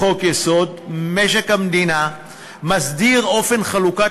לחוק-יסוד: משק המדינה מסדיר את אופן חלוקת